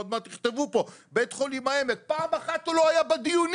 עוד מעט תכתבו פה: בית חולים העמק פעם אחת הוא לא היה בדיונים.